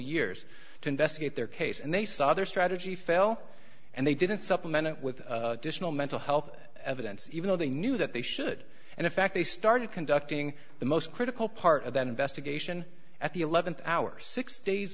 years to investigate their case and they saw their strategy fail and they didn't supplement it with mental health evidence even though they knew that they should and in fact they started conducting the most critical part of that investigation at the eleventh hour six days